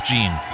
Gene